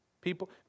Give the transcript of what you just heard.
People